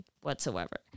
whatsoever